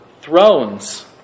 thrones